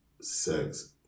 sex